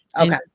okay